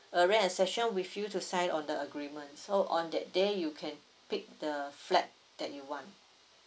uh ran a session with you to sign on the agreement so on that day you can pick the flat that you want